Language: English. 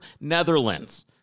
Netherlands